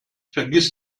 vergiss